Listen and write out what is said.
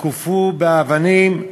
הותקפו באבנים,